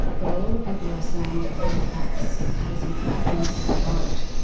but a lot of people are saying that fairfax has in fact missed the boat.